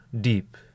deep